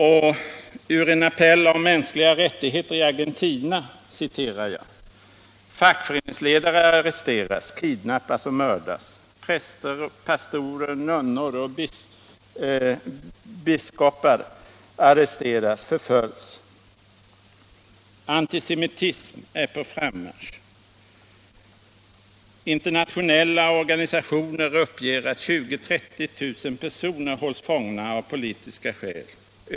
Och ur en appell om mänskliga rättigheter i Argentina citerar jag: ”Fackföreningsledare arresteras, kidnappas och mördas — präster, pastorer, nunnor och biskopar arresteras, förföljs ——--. Antisemitism är på frammarsch ——--—. Internationella organisationer uppger att 20-30 000 personer hålls fångna av politiska skäl.